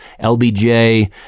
LBJ